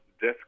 death